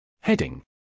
Heading